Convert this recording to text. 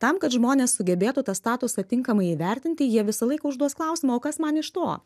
tam kad žmonės sugebėtų tą statusą tinkamai įvertinti jie visą laiką užduos klausimą o kas man iš to